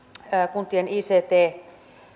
kuntien ict